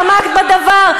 את אי-פעם התעמקת בדבר?